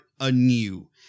anew